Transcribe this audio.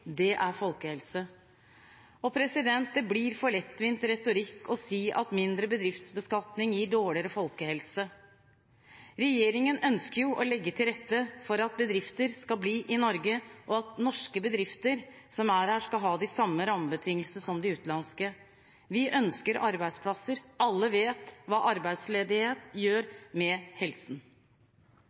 det er folkehelse. Det blir for lettvint retorikk å si at mindre bedriftsbeskatning gir dårligere folkehelse. Regjeringen ønsker å legge til rette for at bedrifter skal bli i Norge, og at norske bedrifter som er her, skal ha de samme rammebetingelser som de utenlandske. Vi ønsker arbeidsplasser – alle vet hva arbeidsledighet gjør med helsen.